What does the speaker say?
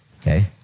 okay